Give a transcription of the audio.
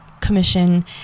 commission